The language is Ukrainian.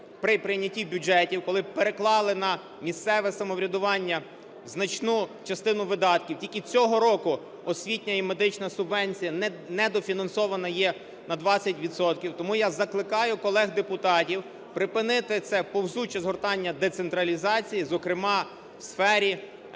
при прийняті бюджетів, коли переклали на місцеве самоврядування значну частину видатків. Тільки цього року освітня і медична субвенція недофінансована є на 20 відсотків. Тому я закликаю колег депутатів припинити це повзуче згортання децентралізації, зокрема в сфері